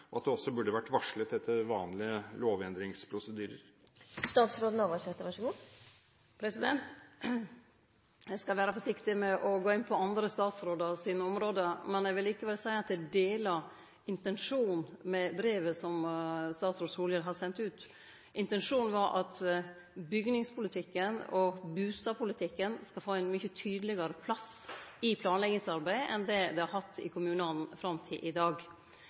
og at det også burde ha vært varslet etter vanlige lovendringsprosedyrer. Eg skal vere forsiktig med å gå inn på andre statsrådar sine område, men eg vil likevel seie at eg deler intensjonen i brevet som statsråd Solhjell har sendt ut. Intensjonen var at byggingspolitikken og bustadpolitikken skal få ein mykje tydlegare plass i planleggingsarbeidet enn det det har hatt i kommunane fram til i dag.